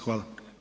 Hvala.